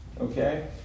Okay